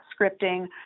scripting